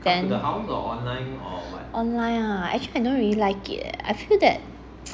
online ah actually I don't really like it eh I feel that